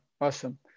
awesome